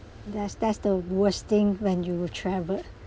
that's that's the worst thing when you travelled